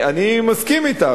אני מסכים אתך,